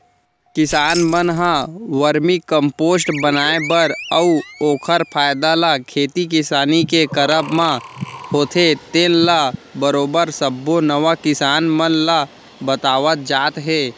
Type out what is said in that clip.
किसान मन ह वरमी कम्पोस्ट बनाए बर अउ ओखर फायदा ल खेती किसानी के करब म होथे तेन ल बरोबर सब्बो नवा किसान मन ल बतावत जात हे